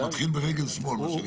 מתחיל ברגל שמאל מה שנקרא.